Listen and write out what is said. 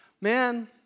Man